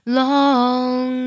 long